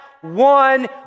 one